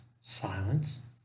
silence